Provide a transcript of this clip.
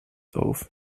auf